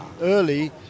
early